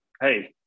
hey